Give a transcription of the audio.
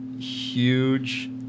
huge